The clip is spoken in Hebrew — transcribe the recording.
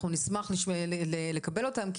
אנחנו נשמח לקבל אותם,